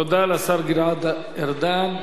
תודה לשר גלעד ארדן.